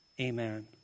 amen